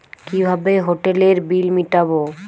কিভাবে হোটেলের বিল মিটাব?